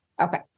Okay